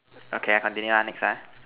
okay I continue ah next ah